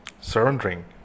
surrendering